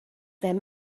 them